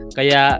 Kaya